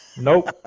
Nope